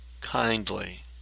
kindly